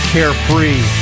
Carefree